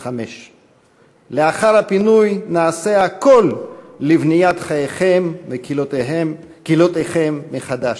"לאחר הפינוי נעשה הכול לבניית חייכם וקהילותיכם מחדש".